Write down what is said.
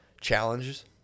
challenges